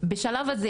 בשלב הזה